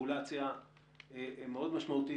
רגולציה משמעותית מאוד,